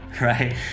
Right